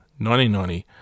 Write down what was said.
1990